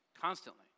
constantly